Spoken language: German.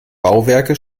bauwerke